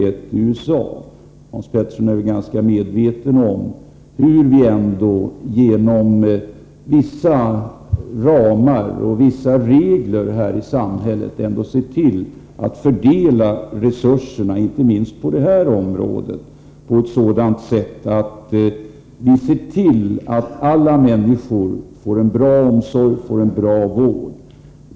Hans Petersson är väl medveten om hur vi genom vissa ramar och regler här i samhället fördelar resurserna, inte minst på detta område, på ett sådant sätt att vi ser till att alla människor får en bra omsorg och en bra vård.